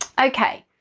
okay,